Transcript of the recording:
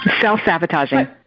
Self-sabotaging